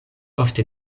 ofte